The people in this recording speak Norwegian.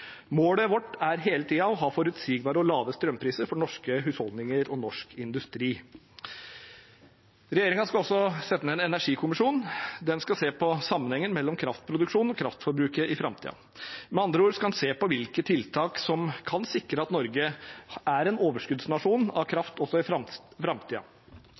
Målet vårt er hele tiden å ha forutsigbare og lave strømpriser for norske husholdninger og norsk industri. Regjeringen skal også sette ned en energikommisjon. Den skal se på sammenhengen mellom kraftproduksjon og kraftforbruket i framtiden. Med andre ord skal en se på hvilke tiltak som kan sikre at Norge er en overskuddsnasjon av